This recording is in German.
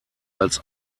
als